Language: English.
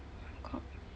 my god